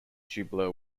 tubular